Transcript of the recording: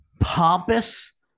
pompous